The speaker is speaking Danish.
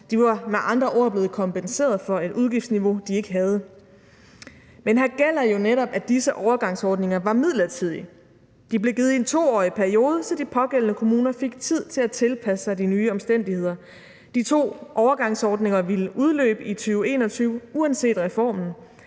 De var med andre ord blevet kompenseret for et udgiftsniveau, de ikke havde. Men her gælder jo netop, at disse overgangsordninger var midlertidige. De blev givet i en 2-årig periode, så de pågældende kommuner fik tid til at tilpasse sig de nye omstændigheder. De to overgangsordninger ville udløbe i 2021 uanset reformen.